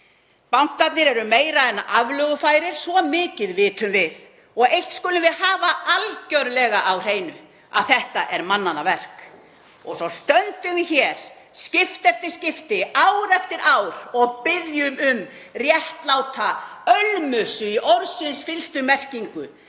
Bankarnir eru meira en aflögufærir, svo mikið vitum við. Og eitt skulum við hafa algerlega á hreinu, að þetta er mannanna verk. Svo stöndum við hér, skipti eftir skipti, ár eftir ár, og biðjum um réttláta ölmusu í orðsins fyllstu merkingu